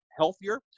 healthier